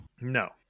no